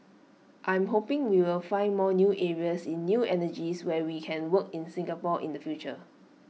I'm hoping we will find more new areas in new energies where we can work in Singapore in the future